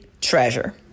treasure